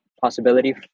possibility